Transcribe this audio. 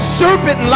serpent